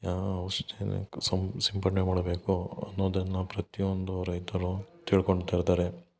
ಯಾವ ಸಮ್ ಸಿಂಪಡಣೆ ಮಾಡ್ಬೇಕೋ ಅನ್ನೋದನ್ನ ಪ್ರತಿಯೊಂದು ರೈತರು ತಿಳ್ಕೊಂತಿರ್ತಾರೆ